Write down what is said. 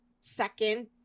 second